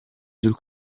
sul